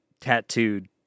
tattooed